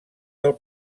del